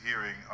hearing